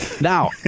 Now